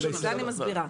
בגלל זה אני מסבירה.